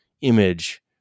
image